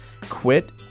quit